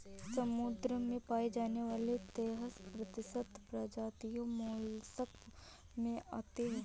समुद्र में पाई जाने वाली तेइस प्रतिशत प्रजातियां मोलस्क में आती है